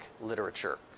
literature